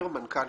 הציבור.